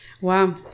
Wow